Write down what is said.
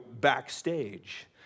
backstage